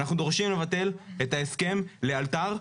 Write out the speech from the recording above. אנחנו דורשים לבטל את ההסכם לאלתר,